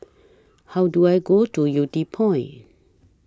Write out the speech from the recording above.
How Do I Go to Yew Tee Point